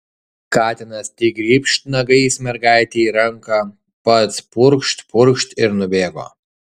katinas tik grybšt nagais mergaitei į ranką pats purkšt purkšt ir nubėgo